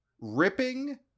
ripping